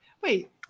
Wait